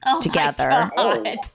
together